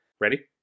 Ready